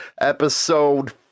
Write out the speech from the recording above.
episode